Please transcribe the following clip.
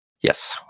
yes